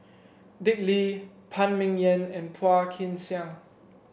Dick Lee Phan Ming Yen and Phua Kin Siang